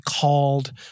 called